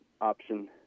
option